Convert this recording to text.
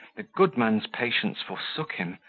the good man's patience forsook him,